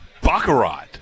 baccarat